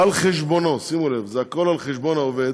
על חשבונו, שימו לב, הכול על חשבון העובד,